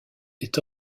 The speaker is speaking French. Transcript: est